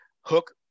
Hook